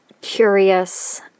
Curious